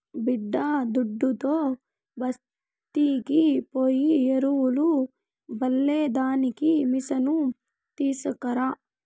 బిడ్డాదుడ్డుతో బస్తీకి పోయి ఎరువులు చల్లే దానికి మిసను తీస్కరా